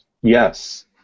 Yes